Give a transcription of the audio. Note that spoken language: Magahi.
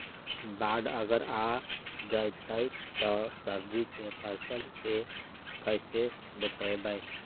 बाढ़ अगर आ जैतै त सब्जी के फ़सल के कैसे बचइबै?